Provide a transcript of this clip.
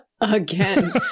Again